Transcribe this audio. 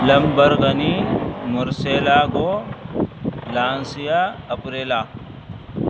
Lamborghini